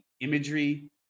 imagery